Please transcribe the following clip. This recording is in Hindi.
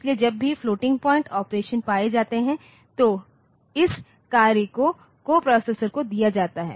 इसलिए जब भी फ्लोटिंग पॉइंट ऑपरेशन पाए जाते हैं तो इस कार्य को कोप्रोसेसर को दिया जाता है